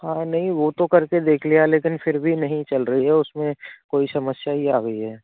हाँ नहीं वो तो कर के देख लिया लेकिन फिर भी नहीं चल रही है उस में कोई समस्या ही आ गई है